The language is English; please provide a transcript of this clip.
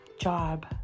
job